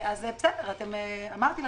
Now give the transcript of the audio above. אמרתי לכם,